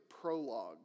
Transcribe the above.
prologue